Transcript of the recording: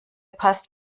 passt